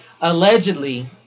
Allegedly